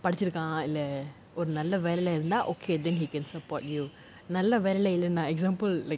படிச்சிருக்கான்:padichirukkaan leh oh ஒரு நல்ல வேலைல இருந்தா:oru nalla velaila irunthaa okay then he can support you நல்ல வேலைல இல்லேனா:nalla velaila illenaa example like